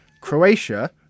croatia